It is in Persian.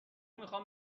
میخوام